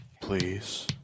Please